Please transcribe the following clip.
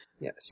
Yes